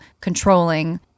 controlling